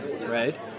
Right